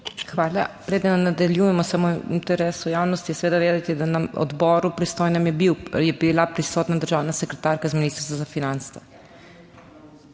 Hvala. Preden nadaljujemo, samo v interesu javnosti je seveda vedeti, da na odboru pristojnem je bila prisotna državna sekretarka z Ministrstva za finance.